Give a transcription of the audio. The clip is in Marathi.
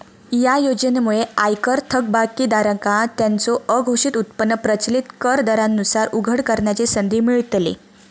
या योजनेमुळे आयकर थकबाकीदारांका त्यांचो अघोषित उत्पन्न प्रचलित कर दरांनुसार उघड करण्याची संधी मिळतली